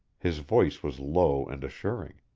his voice was low and assuring.